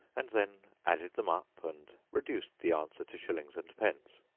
and then added them up, and reduced the answer to shillings and pence.